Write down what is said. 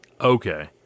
Okay